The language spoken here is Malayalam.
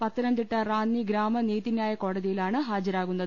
പത്തനംതിട്ട റാന്നി ഗ്രാമ നീതിന്യായ കോടതിയിലാണ് ഹാജ രാകുന്നത്